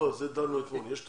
לא, על זה דנו אתמול, יש תוכנית,